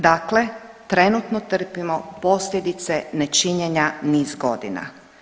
Dakle, trenutno trpimo posljedice nečinjenja niz godina.